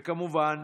וכמובן,